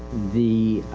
the,